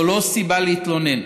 זו לא סיבה להתלונן.